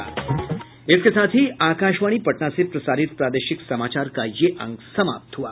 इसके साथ ही आकाशवाणी पटना से प्रसारित प्रादेशिक समाचार का ये अंक समाप्त हुआ